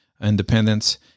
independence